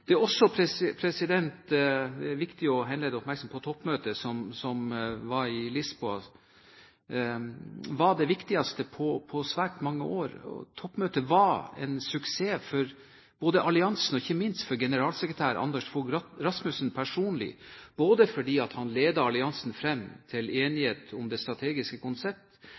Det er også viktig å henlede oppmerksomheten på toppmøtet som var i Lisboa, som var det viktigste på svært mange år. Toppmøtet var en suksess for alliansen, men ikke minst for generalsekretær Anders Fogh Rasmussen personlig, både fordi han ledet alliansen frem til enighet om det strategiske konsept,